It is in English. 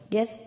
Yes